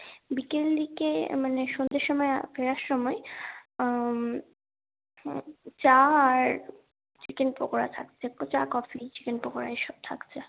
বিকেলদিকে মানে সন্ধ্যের সময় ফেরার সময় চা আর চিকেন পকোড়া থাকছে চা কফি চিকেন পকোড়া এইসব থাকছে